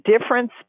difference